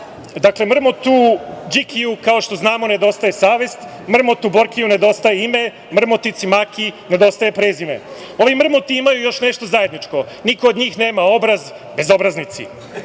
Dakle, mrmotu, Đikiju, kao što znamo nedostaje savest. Mrmotu, Borkiju nedostaje ime, mrmotici Makijii nedostaje prezime. Ovi mrmoti imaju još nešto zajedno, niko od njih nema obraz, bezobraznici.